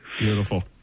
Beautiful